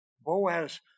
Boaz